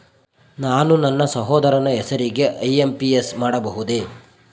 ನಾನು ನನ್ನ ಸಹೋದರನ ಹೆಸರಿಗೆ ಐ.ಎಂ.ಪಿ.ಎಸ್ ಮಾಡಬಹುದೇ?